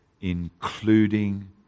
Including